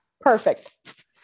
perfect